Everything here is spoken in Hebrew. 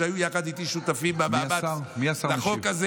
שהיו יחד איתי שותפים בוועדה לחוק הזה.